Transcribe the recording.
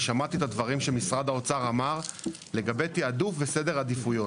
ושמעתי את הדברים שמשרד האוצר אמר לגבי תעדוף וסדר עדיפויות.